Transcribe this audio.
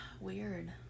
Weird